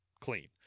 clean